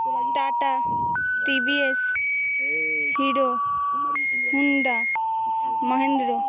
tata TVS Hero Honda Mahendra